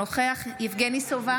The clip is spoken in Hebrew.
נוכח יואב סגלוביץ' אינו נוכח יבגני סובה,